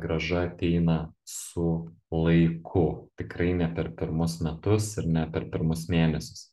grąža ateina su laiku tikrai ne per pirmus metus ir ne per pirmus mėnesius